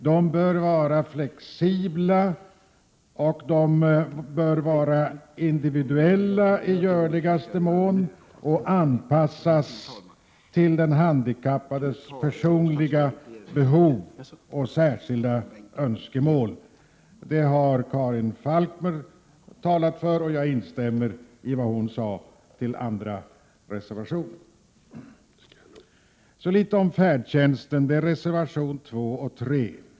De bör vara flexibla och i görligaste mån individuella samt anpassas till den handikappades personliga behov och särskilda önskemål. Det har Karin Falkmer talat för, och jag instämmer i vad hon sade beträffande den andra reservationen till utskottets betänkande. Så litet om färdtjänsten, reservationerna 2 och 3.